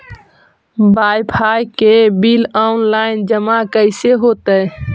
Wifi के bill online जमा कैसे होतै?